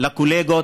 לקולגות.